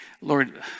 Lord